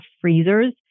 freezers